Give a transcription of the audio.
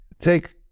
Take